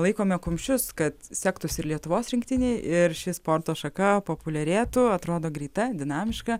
laikome kumščius kad sektųsi ir lietuvos rinktinei ir ši sporto šaka populiarėtų atrodo greita dinamiška